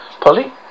Polly